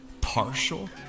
Partial